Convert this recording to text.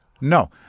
No